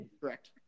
correct